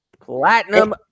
Platinum